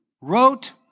wrote